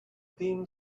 theme